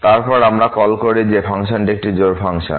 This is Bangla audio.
তারপর আমরা কল করি যে ফাংশনটি একটি জোড় ফাংশন